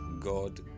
God